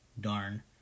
darn